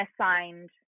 assigned